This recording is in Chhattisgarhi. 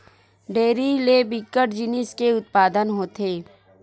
डेयरी ले बिकट जिनिस के उत्पादन होथे